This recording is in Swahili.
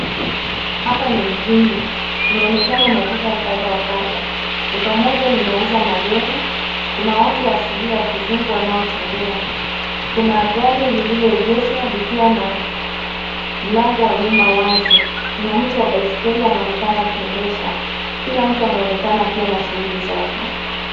Hapa ni mjini kunaonekana maduka kadha wa kadha. Duka moja linauza madera, kuna watu asilia ya kizungu wanaotembea. Kuna gari lililoegeshwa likiwa na mlango wa nyuma wazi, kuna mtu wa baiskeli anaonekana akidesha. Kila mtu anaonekana akiwa na shughuli zake.